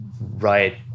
right